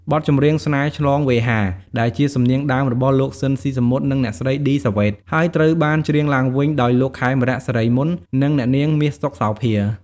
បទចម្រៀង ស្នេហ៍ឆ្លងវេហា ដែលជាសំនៀងដើមរបស់លោក ស៊ីន ស៊ីសាមុត និងអ្នកស្រី ឌី សាវ៉េត ហើយត្រូវបានច្រៀងឡើងវិញដោយលោក ខេមរៈ សិរីមន្ត និងអ្នកនាង មាស សុខសោភា។